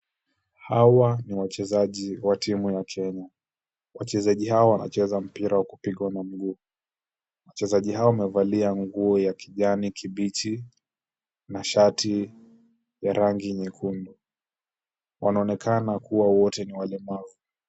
Hawa ni wachezaji wa timu ya Kenya. Wachezaji hawa wanacheza mpira wa kupigwa na mguu. Wachezaji hawa wamevalia nguo ya kijani kibichi na shati ya rangi nyekundu. Wanaonekana kuwa wote ni walemavu.